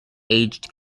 aged